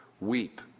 weep